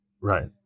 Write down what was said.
right